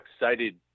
excited –